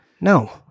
No